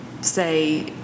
say